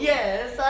Yes